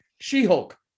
She-Hulk